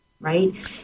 right